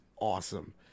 awesome